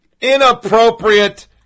Inappropriate